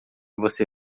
você